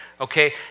Okay